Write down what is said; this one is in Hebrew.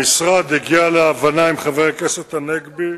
המשרד הגיע להבנה עם חבר הכנסת הנגבי,